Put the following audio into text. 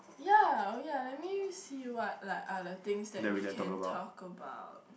ya oh ya let me see what like other things that we can talk about